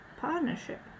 partnership